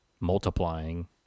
multiplying